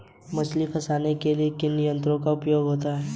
मछली फंसाने के लिए किन यंत्रों का उपयोग होता है?